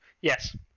Yes